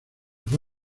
fue